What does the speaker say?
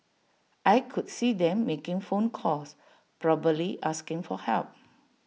I could see them making phone calls probably asking for help